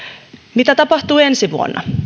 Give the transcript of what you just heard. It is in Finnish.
mitä tapahtuu ensi vuonna